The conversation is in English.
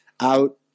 out